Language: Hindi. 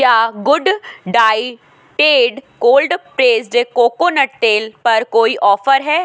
क्या good diet cold pressed coconut तेल पर कोई ऑफर है